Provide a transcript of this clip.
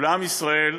ולעם ישראל,